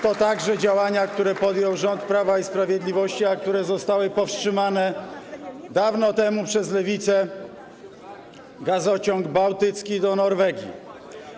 To także działania, które podjął rząd Prawa i Sprawiedliwości, a które zostały powstrzymane dawno temu przez lewicę - gazociąg bałtycki, do Norwegii.